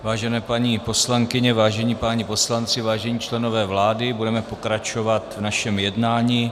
Vážené paní poslankyně, vážení páni poslanci, vážení členové vlády, budeme pokračovat v našem jednání.